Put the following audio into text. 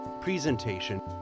presentation